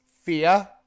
fear